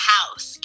House